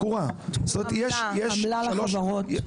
עמלה לחברות?